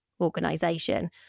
organization